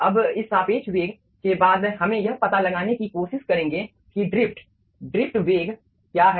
अब इस सापेक्ष वेग के बाद हमें यह पता लगाने की कोशिश करेंगे कि ड्रिफ्ट ड्रिफ्ट वेग क्या है